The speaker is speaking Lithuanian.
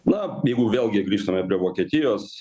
na jeigu vėlgi grįžtame prie vokietijos